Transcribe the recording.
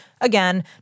Again